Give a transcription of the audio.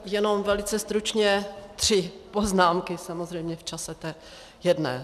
Jenom velice stručně tři poznámky samozřejmě v čase té jedné.